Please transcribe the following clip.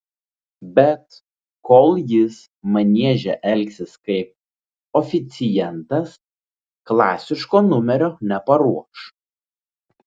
bet kol jis manieže elgsis kaip oficiantas klasiško numerio neparuoš